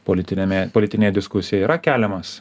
politiniame politinė diskusija yra keliamas